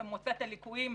שמוצא את הליקויים,